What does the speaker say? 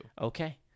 Okay